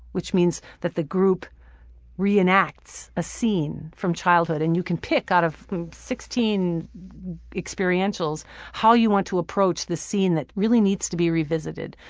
which means that the group re-enacts a scene from childhood. and you can pick out of sixteen experientials how you want to approach this scene that really needs to be revisited.